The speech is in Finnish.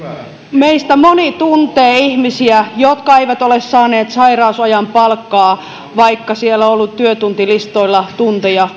meistä moni tuntee ihmisiä jotka eivät ole saaneet sairausajan palkkaa vaikka siellä on ollut työtuntilistoilla tunteja